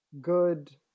good